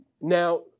Now